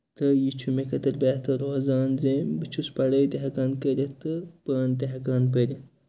تہٕ یہِ چھُ مےٚ خٲطرٕ بہتر روزان زِ بہٕ چھُس پَڑٲے تہِ ہیٚکان کٔرِتھ تہٕ پانہٕ تہِ ہیٚکان پٔرِتھ